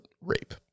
rape